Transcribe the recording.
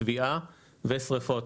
טביעה ושריפות.